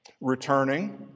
Returning